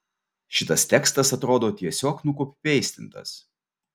šitas tekstas atrodo tiesiog nukopipeistintas